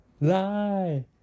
lie